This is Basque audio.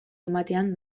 ematean